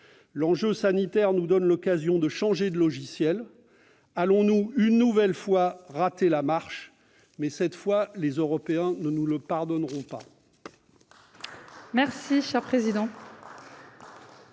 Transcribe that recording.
L'enjeu sanitaire nous donne l'occasion de changer de logiciel. Allons-nous une nouvelle fois rater la marche ? Cette fois, les Européens ne nous le pardonneront pas.